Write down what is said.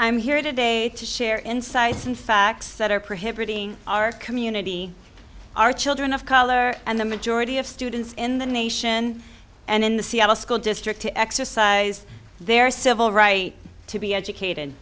i'm here today to share insights and facts that are prohibiting our community are children of color and the majority of students in the nation and in the seattle school district to exercise their civil rights to be educated